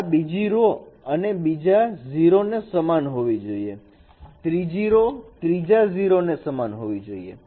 આ બીજી રો બીજા 0 ને સમાન હોવી જોઈએ ત્રીજી રો ત્રીજા 0 ને સમાન હોવી જોઈએ